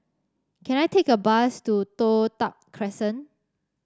can I take a bus to Toh Tuck Crescent